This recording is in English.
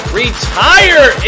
retire